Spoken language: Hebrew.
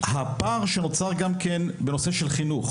הפער שנוצר גם כן בנושא של חינוך,